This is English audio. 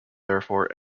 therefore